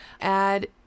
add